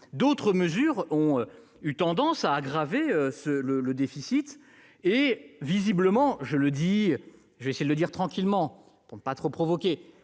D'autres mesures ont eu tendance à aggraver le déficit, et- je vais essayer de le dire tranquillement, pour ne pas trop provoquer